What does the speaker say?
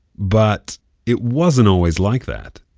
but it wasn't always like that.